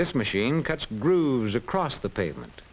this machine cuts grooves across the pavement